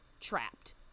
trapped